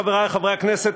חברי חברי הכנסת,